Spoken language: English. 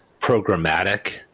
programmatic